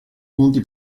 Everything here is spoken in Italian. punti